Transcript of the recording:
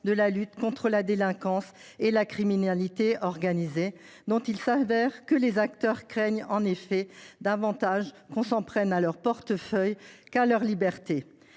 de lutte contre la délinquance et la criminalité organisée. Il apparaît en effet que les acteurs craignent davantage qu’on s’en prenne à leur portefeuille qu’à leur liberté.